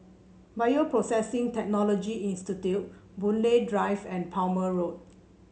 Bioprocessing Technology Institute Boon Lay Drive and Palmer Road